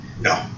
No